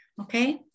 Okay